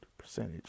percentage